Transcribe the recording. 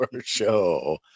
show